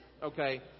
Okay